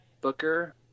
booker